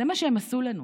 זה מה שהם עשו לנו,